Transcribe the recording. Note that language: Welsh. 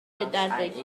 grantiau